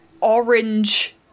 orange